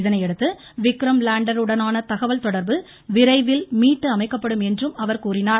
இதனையடுத்து விக்ரம் லேண்டர் உடனான தகவல் தொடர்பு விரைவில் மீட்டு அமைக்கப்படும் என்றும் அவர் கூறினார்